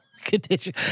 condition